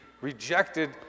rejected